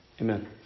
Amen